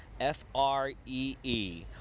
F-R-E-E